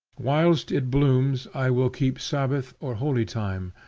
whilst it blooms, i will keep sabbath or holy time,